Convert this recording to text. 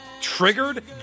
Triggered